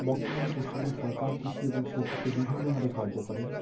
বর্তমানে পশ্চিমবঙ্গ সরকার কৃষি এবং শিল্পকে বিভিন্নভাবে সাহায্য করেন